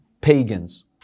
pagans